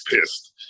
pissed